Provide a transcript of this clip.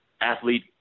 athlete